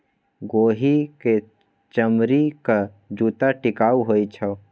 गोहि क चमड़ीक जूत्ता टिकाउ होए छै